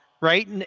right